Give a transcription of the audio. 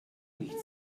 nicht